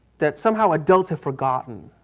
that somehow adults have forgotten.